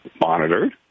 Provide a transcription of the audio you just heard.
monitored